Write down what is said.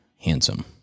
handsome